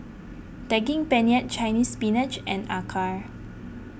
Daging Penyet Chinese Spinach and Acar